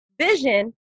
vision